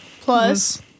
plus